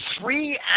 three